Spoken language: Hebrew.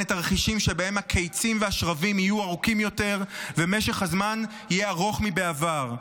לתרחישים שבהם הקיצים והשרבים יהיו ארוכים יותר ומשך הזמן יהיה ארוך מבעבר.